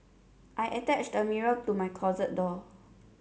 I attached a mirror to my closet door